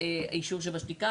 אנחנו מציעים שבסוף הסעיף קטן (ג)